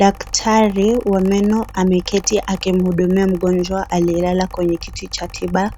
Daktari wa meno ameketi akimhudumia mgonjwa aliyelala kwenye kiti cha tiba